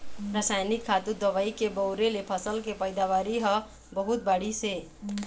रसइनिक खातू, दवई के बउरे ले फसल के पइदावारी ह बहुत बाढ़िस हे